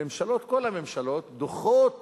הממשלות, כל הממשלות, דוחות